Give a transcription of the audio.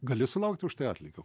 gali sulaukti už tai atlygio